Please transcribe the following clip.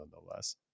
nonetheless